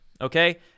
okay